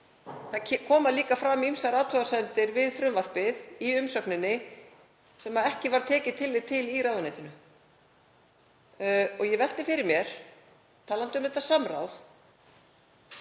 það koma líka fram ýmsar athugasemdir við frumvarpið í umsögninni sem ekki var tekið tillit til í ráðuneytinu. Ég velti fyrir mér, talandi um þetta samráð